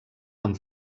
amb